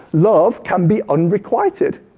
love can be unrequited.